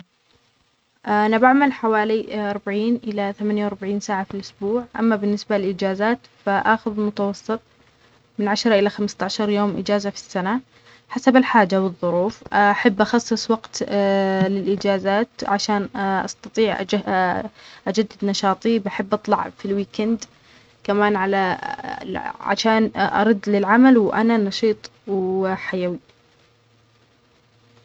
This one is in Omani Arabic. أنا بعمل حوالي اربعين إلى ثمانيه واربعين ساعة في الإسبوع. أما بالنسبة للإجازات، فأخذ متوسط من عشره إلى خمستاشريوم إجازة في السنة حسب الحاجة والظروف. أحب أخصص وقت للإجازات عشان أستطيع اج-أجدد نشاطي. أحب أطلع في الويكيند كمان عشان برد للعمل وأنا نشيط وحيوي